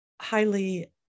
highly